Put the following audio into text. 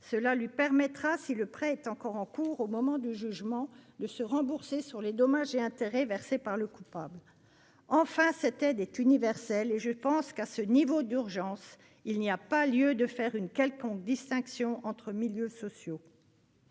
Cela lui permettra, si le prêt est encore en cours moment du jugement, de se rembourser sur les dommages et intérêts versés par le coupable. Enfin, cette aide est universelle, et je pense que, à ce niveau d'urgence, il n'y a pas lieu de faire une quelconque distinction entre milieux sociaux.